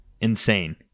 Insane